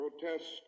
protest